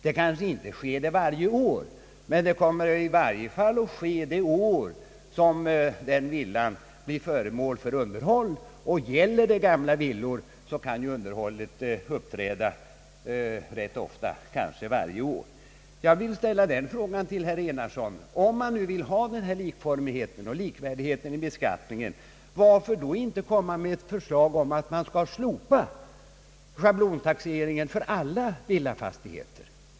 Det kanske inte blir det varje år, men i alla fall blir det förlust det år villan blir föremål för underhåll. Gäller det gamla villor så kan sådana underhåll bli nödvändiga rätt ofta, kanske varje år. Jag vill ställa den frågan till herr Enarsson: Om man nu vill ha likformighet i beskattningen, varför kommer man då inte med ett förslag om att slopa schablontaxeringen för alla villafastigheter?